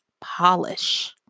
polish